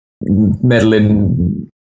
meddling